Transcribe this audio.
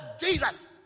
Jesus